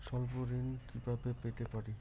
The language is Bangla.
স্বল্প ঋণ কিভাবে পেতে পারি?